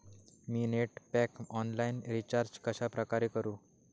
मी net pack online recharge कशाप्रकारे करु?